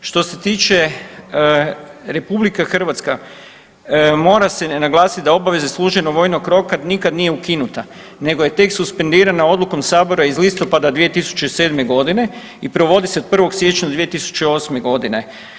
Što se tiče RH mora se ne naglasit da obaveza služenja vojnog roka nikad nije ukinuta nego je tek suspendirana odlukom sabora iz listopada 2007. godine i provodi se od 1. siječnja 2008. godine.